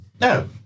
no